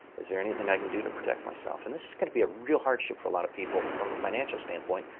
is there anything i can do to protect myself? and this is going to be a real hardship for a lot of people from a financial standpoint,